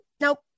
nope